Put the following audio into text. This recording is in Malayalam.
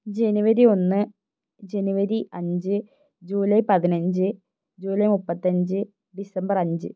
ജനുവരി ഒന്ന് ജനുവരി അഞ്ച് ജൂലൈ പതിനഞ്ചു ജൂലൈ മുപ്പത്തി അഞ്ച് ഡിസംബർ അഞ്ച്